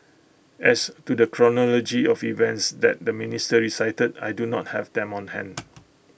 as to the chronology of events that the minister recited I do not have them on hand